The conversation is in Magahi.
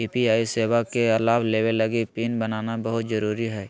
यू.पी.आई सेवा के लाभ लेबे लगी पिन बनाना बहुत जरुरी हइ